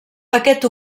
aquest